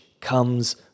comes